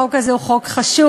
החוק הזה הוא חוק חשוב,